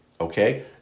okay